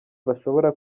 bashobora